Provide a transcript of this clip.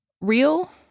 real